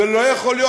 זה לא יכול להיות.